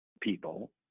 people